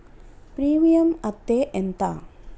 Premium అత్తే ఎంత?